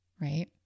right